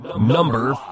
Number